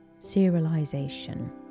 serialisation